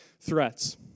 threats